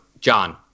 John